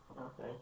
Okay